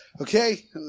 Okay